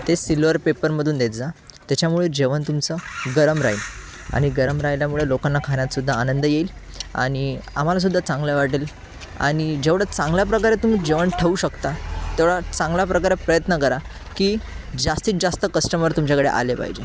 ते सिल्वर पेपरमधून देत जा त्याच्यामुळे जेवण तुमचं गरम राहील आणि गरम राहिल्यामुळे लोकांना घरात सुद्धा आनंद येईल आणि आम्हाला सुद्धा चांगलं वाटेल आणि जेवढं चांगल्या प्रकारे तुम्ही जेवण ठेऊ शकता तेवढं चांगला प्रकारे प्रयत्न करा की जास्तीतजास्त कस्टमर तुमच्याकडे आले पाहिजे